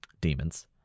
demons